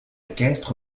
équestre